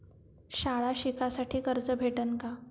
शाळा शिकासाठी कर्ज भेटन का?